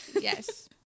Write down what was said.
Yes